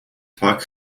vaak